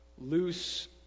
loose